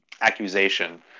accusation